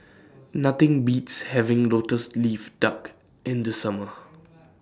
Nothing Beats having Lotus Leaf Duck in The Summer